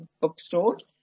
bookstores